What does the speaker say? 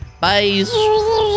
Bye